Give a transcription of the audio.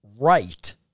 right